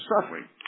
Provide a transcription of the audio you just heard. suffering